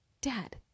Dad